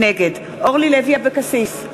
נגד אורלי לוי אבקסיס,